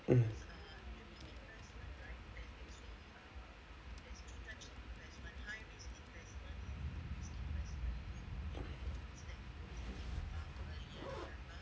mm